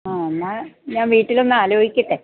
ആ എന്നാല് ഞാൻ വീട്ടിലൊന്ന് ആലോചിക്കട്ടെ